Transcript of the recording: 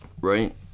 right